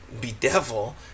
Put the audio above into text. bedevil